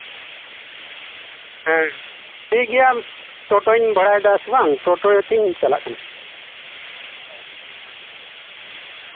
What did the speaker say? ᱦᱮᱸ ᱴᱷᱤᱠᱜᱮᱟ ᱴᱳᱴᱳᱧ ᱵᱷᱟᱲᱟᱭ ᱫᱟ ᱥᱮ ᱵᱟᱝ ᱴᱳᱴᱳᱛᱮᱧ ᱪᱟᱞᱟᱜ ᱠᱟᱱᱟ